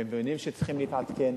מבינים שצריכים להתעדכן,